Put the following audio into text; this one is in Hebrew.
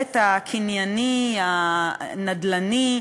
להיבט הקנייני הנדל"ני.